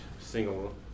Single